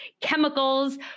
chemicals